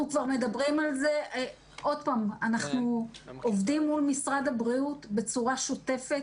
אנחנו עובדים מול משרד הבריאות בצורה שוטפת.